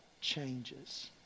changes